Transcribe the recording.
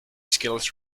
skills